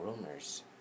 rumors